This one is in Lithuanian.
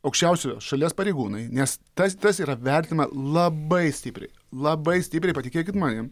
aukščiausi šalies pareigūnai nes tas tas yra vertinama labai stipriai labai stipriai patikėkit manim